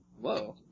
Whoa